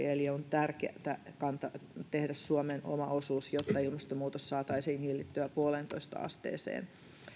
eli suomen on tärkeää tehdä oma osuutensa jotta ilmastonmuutos saataisiin hillittyä yhteen pilkku viiteen asteeseen